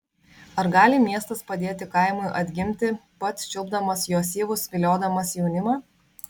ar gali miestas padėti kaimui atgimti pats čiulpdamas jo syvus viliodamas jaunimą